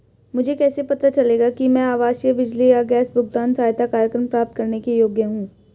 मुझे कैसे पता चलेगा कि मैं आवासीय बिजली या गैस भुगतान सहायता कार्यक्रम प्राप्त करने के योग्य हूँ?